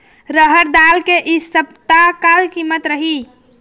रहड़ दाल के इ सप्ता का कीमत रही?